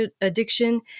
addiction